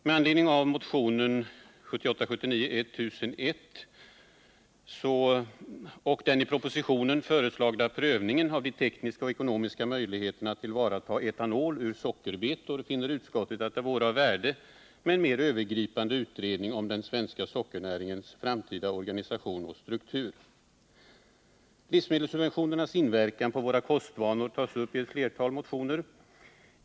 Med anledning av motionen 1978/79:1001 och den i propositionen föreslagna prövningen av de tekniska och ekonomiska möjligheterna att tillvarata etanol ur sockerbetor finner utskottet att det vore av värde med en mera Övergripande utredning om den svenska sockernäringens framtida organisation och struktur. Livsmedelssubventionernas inverkan på våra kostvanor tas upp i flera motioner.